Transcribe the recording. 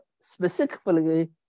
specifically